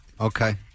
Okay